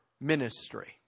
ministry